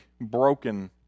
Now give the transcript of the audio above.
broken